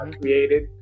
created